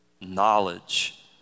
knowledge